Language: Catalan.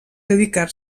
dedicar